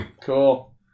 Cool